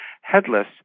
headless